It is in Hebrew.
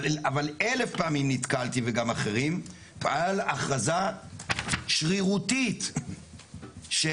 אבל אלף פעמים נתקלתי וגם אחרים בהכרזה שרירותית של